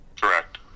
Correct